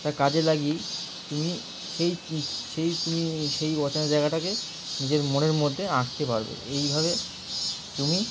তা কাজে লাগিয়েই তুমি সেই সেই তুমি সেই অচেনা জায়গাটাকে নিজের মনের মধ্যে আঁকতে পারবে এইভাবে তুমি